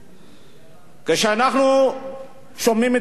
כשאנחנו שומעים את ראש הממשלה,